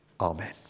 Amen